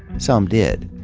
some did,